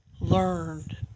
learned